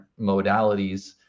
modalities